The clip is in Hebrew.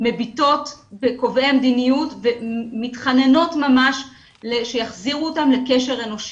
מביטות בקובעי המדיניות ומתחננות ממש שיחזירו אותם לקשר אנושי.